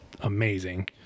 amazing